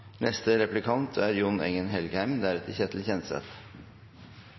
Neste replikant er Ketil Kjenseth.